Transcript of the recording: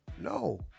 No